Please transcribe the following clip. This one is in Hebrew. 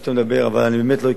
אבל אני לא רוצה להיכנס לזה.